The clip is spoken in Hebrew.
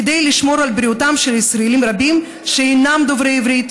כדי לשמור על בריאותם של ישראלים רבים שאינם דוברי עברית,